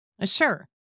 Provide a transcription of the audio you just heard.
Sure